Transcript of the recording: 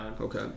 okay